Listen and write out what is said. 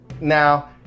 Now